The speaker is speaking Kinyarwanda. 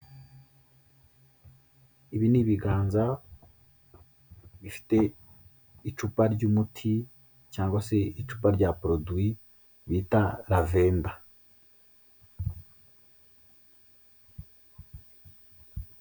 Ibi ni ibiganza bifite icupa ry'umuti cyangwa se icupa rya poroduwi bita Lavenda.